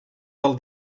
del